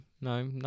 no